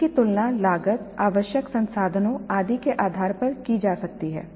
इसकी तुलना लागत आवश्यक संसाधनों आदि के आधार पर की जा सकती है